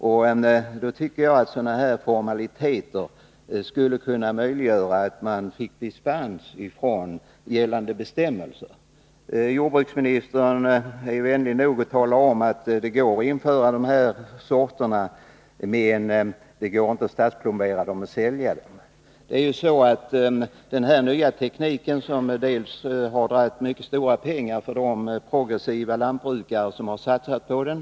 Jag tycker att det skulle vara möjligt att få dispens från gällande bestämmelser i sådana här fall. Jordbruksministern är vänlig nog att tala om att det går att införa dessa sorter, men det går inte att statsplombera och sälja dem. Den här nya tekniken har inneburit mycket stora kostnader för de progressiva lantbrukare som har satsat på den.